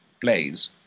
plays